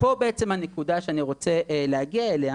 פה בעצם הנקודה שאני רוצה להגיע אליה,